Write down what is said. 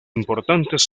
importantes